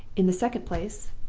in the second place,